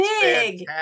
big